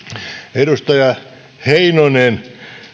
edustaja heinonen